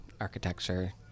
Architecture